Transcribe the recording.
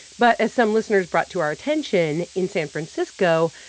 but as some listeners brought to our attention, in san francisco,